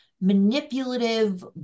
manipulative